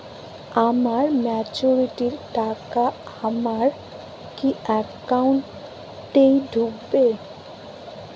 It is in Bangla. আমার ম্যাচুরিটির টাকা আমার কি অ্যাকাউন্ট এই ঢুকবে?